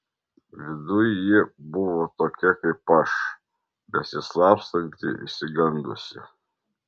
viduj ji buvo tokia kaip aš besislapstanti išsigandusi